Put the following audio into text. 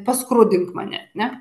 paskrudink mane ne